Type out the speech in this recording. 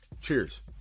Cheers